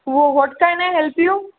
वो what can I help you